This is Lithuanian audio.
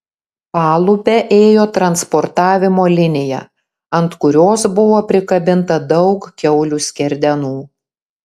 palube ėjo transportavimo linija ant kurios buvo prikabinta daug kiaulių skerdenų